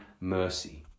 mercy